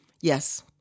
Yes